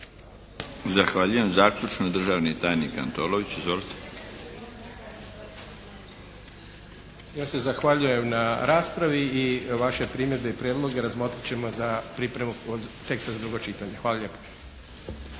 Zahvaljujem. Zaključno državni tajnik Antolović. **Antolović, Jadran** Ja se zahvaljujem na raspravi i vaše primjedbe i prijedloge razmotrit ćemo za pripremu teksta za drugo čitanje. Hvala lijepo.